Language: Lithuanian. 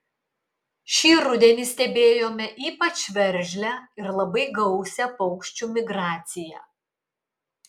šį rudenį stebėjome ypač veržlią ir labai gausią paukščių migraciją